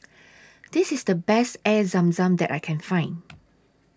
This IS The Best Air Zam Zam that I Can Find